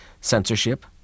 Censorship